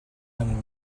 and